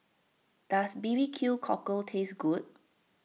does B B Q Cockle taste good